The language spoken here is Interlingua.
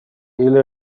ille